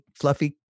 fluffy